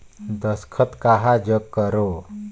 दस्खत कहा जग करो?